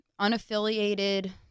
unaffiliated